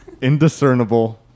Indiscernible